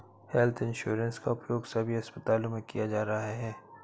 health insurance का उपयोग सभी अस्पतालों में किया जा रहा है